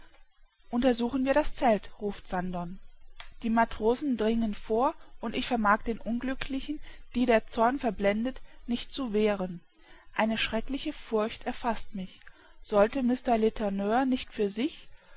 untersuchen wir das zelt ruft sandon die matrosen dringen vor und ich vermag den unglücklichen die der zorn verblendet nicht zu wehren eine schreckliche furcht erfaßt mich sollte mr letourneur nicht für sich